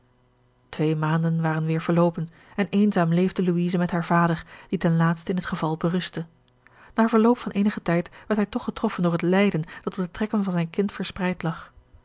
twee maanden waren weêr verloopen en eenzaam leefde louise met haren vader die ten laatste in het geval berustte na verloop van eenige tijd werd hij toch getroffen door het lijden dat op de trekken van zijn kind verspreid lag